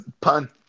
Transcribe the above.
Pun